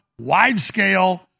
wide-scale